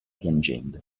piangendo